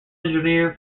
engineer